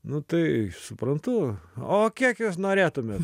nu tai suprantu o kiek jūs norėtumėt